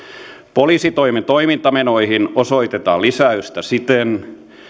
poliisitoimen toimintamenoihin osoitetaan lisäystä siten